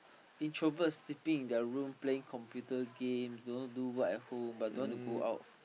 introverts sleeping in their room playing computer games don't know do what at home but don't want to go out